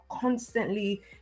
constantly